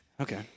okay